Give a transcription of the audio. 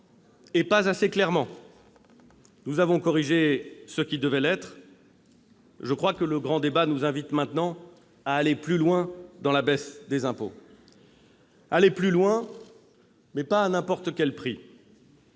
et pas assez clairement. Nous avons corrigé ce qui devait l'être. Je crois que le grand débat nous invite maintenant à aller plus loin dans la baisse des impôts, mais pas à n'importe quel prix.